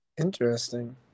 interesting